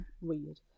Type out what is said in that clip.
weird